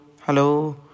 hello